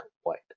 white